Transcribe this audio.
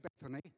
Bethany